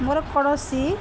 ମୋର କୌଣସି